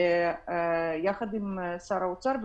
ויחד עם שר האוצר.